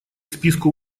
списку